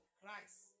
Christ